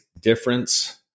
difference